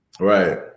Right